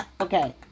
okay